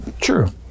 True